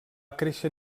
créixer